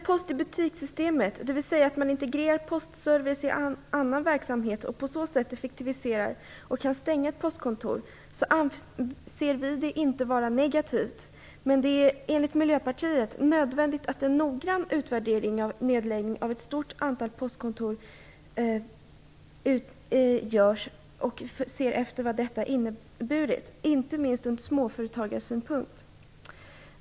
Post-i-butik-systemet, dvs. att man integrerar postservice i annan verksamhet och på så sätt effektiviserar och kan stänga postkontor, anser vi inte vara negativt, men det är enligt Miljöpartiets mening nödvändigt med en noggrann utvärdering av vad nedläggningen av ett stort antal postkontor har inneburit för glesbygden, inte minst från småföretagarsynpunkt.